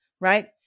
right